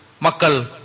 makal